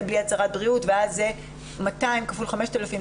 בלי הצהרת בריאות ואז 200 כפול 5,000,